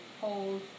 hold